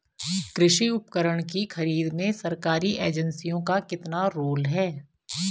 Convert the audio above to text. कृषि उपकरण की खरीद में सरकारी एजेंसियों का कितना रोल है?